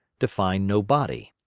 to find no body.